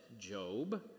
Job